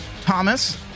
Thomas